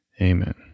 amen